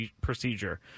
procedure